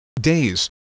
days